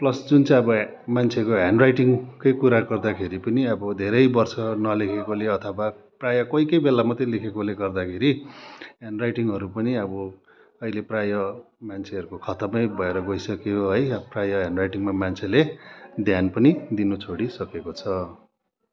plus जुन चाहिँ अब मान्छेको ह्यान्ड राइटिङकै कुुरा गर्दाखेरि पनि अब धेरै वर्ष नलेखेकोले अथवा प्रायः कोही कोही बेला मात्रै लेखेकोले गर्दाखेरि ह्यान्ड राइटिङहरू पनि अब अहिले प्रायः मान्छेहरूको खतमै भएर गइसक्यो है प्रायः ह्यान्ड राइटिङमा मान्छेले ध्यान पनि दिनु छोडिसकेको छ